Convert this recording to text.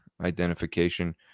identification